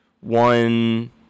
one